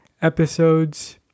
Episodes